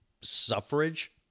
suffrage